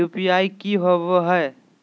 UPI की होवे हय?